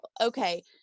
okay